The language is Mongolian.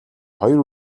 хоёр